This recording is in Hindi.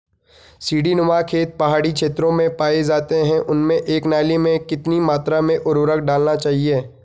सीड़ी नुमा खेत पहाड़ी क्षेत्रों में पाए जाते हैं उनमें एक नाली में कितनी मात्रा में उर्वरक डालना चाहिए?